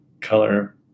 color